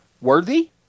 Worthy